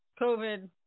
COVID